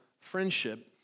friendship